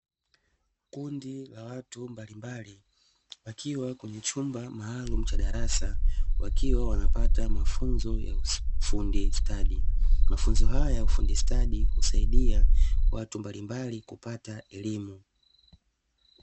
Kundi la watu mbalimbali wakiwa kwenye chumba maalumu cha darasa wakiwa wanapata mafunzo ya ufundi stadi, mafunzo haya ya ufundi stadi husaidia watu mbalimbali kupata elimu.